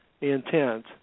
intent